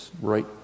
right